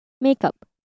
makeup